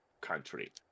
country